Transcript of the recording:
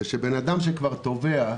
שאדם שכבר תובע,